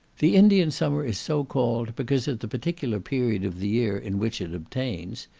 the indian summer is so called because, at the particular period of the year in which it obtains,